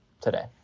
today